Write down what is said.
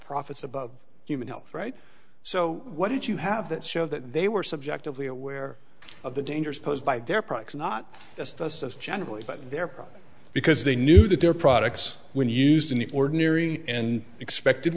profits above human health right so what did you have that shows that they were subjectively aware of the dangers posed by their products not just us generally but their product because they knew that their products when used in the ordinary and expected